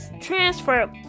transfer